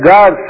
God